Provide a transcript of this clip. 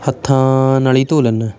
ਹੱਥਾਂ ਨਾਲੀ ਧੋ ਲੈਨਾ